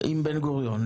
עם בן-גוריון?